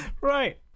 Right